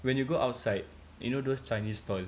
when you go outside you know those chinese stall